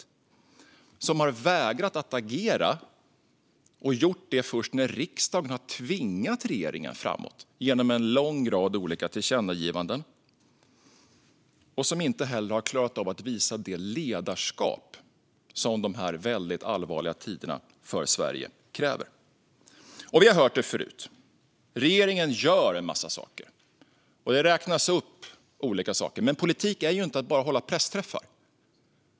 Regeringen har vägrat att agera och gjort det först när riksdagen har tvingat den framåt genom en lång rad olika tillkännagivanden. Den har heller inte klarat av att visa det ledarskap som dessa väldigt allvarliga tider för Sverige kräver. Vi har hört det förut. Regeringen gör en massa saker. Det räknas upp olika saker. Men politik är inte bara att hålla pressträffar.